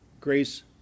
grace